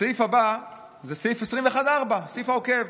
הסעיף הבא זה סעיף 21(4), הסעיף העוקב: